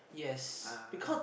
ah